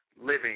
living –